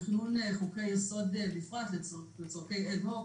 וכינון חוקי-יסוד בפרט לצורכי אד-הוק